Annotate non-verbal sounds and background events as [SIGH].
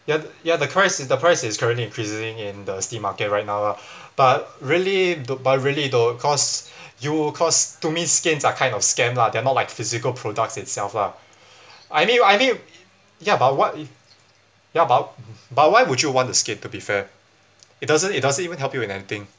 ya ya the currenc~ is the price is currently increasing in the steam market right now lah [BREATH] but really tho~ but really though cause you cause to me skins are kind of scam lah they're not like physical products itself lah [BREATH] I mean I mean ya but what if ya but w~ but why would you want the skin to be fair it doesn't it doesn't even help you in anything